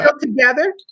together